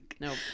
Nope